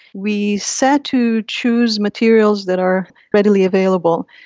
we set to choose materials that are readily available.